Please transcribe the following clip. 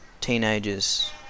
teenagers